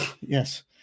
Yes